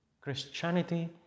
Christianity